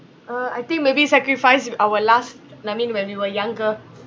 uh I think maybe sacrifice our last like I mean when we were younger